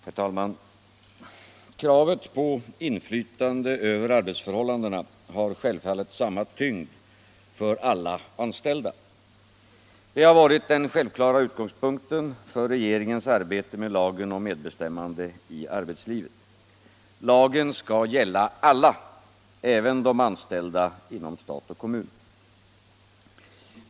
Herr talman! Kravet på inflytande över arbetsförhållandena har självfallet samma tyngd för alla anställda. Det har varit den självklara utgångspunkten för regeringens arbete med lagen om medbestämmande i arbetslivet. Lagen skall gälla alla — även de anställda inom stat och kommun.